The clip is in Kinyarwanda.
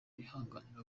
yihanganira